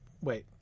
Wait